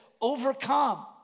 overcome